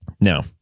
Now